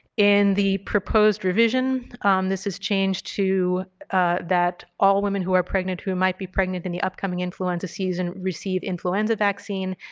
in the proposed revision this is changed to that all women who are pregnant or who might be pregnant in the upcoming influenza season receive influenza vaccine,